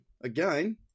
again